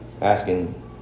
asking